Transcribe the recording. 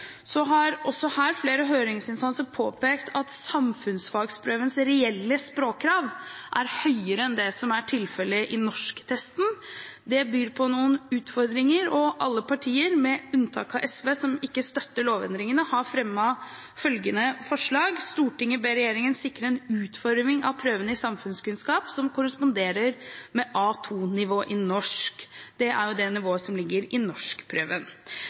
Så har også her flere høringsinstanser påpekt at samfunnsfagsprøvens reelle språkkrav er høyere enn det som er tilfellet i norsktesten. Det byr på noen utfordringer, og alle partier, med unntak av SV, som ikke støtter lovendringene, har fremmet følgende forslag: «Stortinget ber regjeringen sikre en utforming av prøven i samfunnskunnskap som korresponderer med A2-nivå i norsk.» Det er det nivået som ligger i norskprøven.